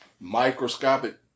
microscopic